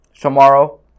tomorrow